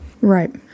Right